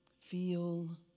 Feel